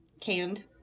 canned